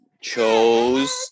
chose